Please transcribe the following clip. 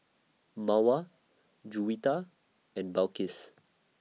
Mawar Juwita and Balqis